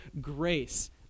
grace